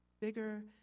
bigger